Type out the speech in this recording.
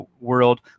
world